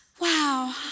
Wow